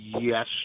Yes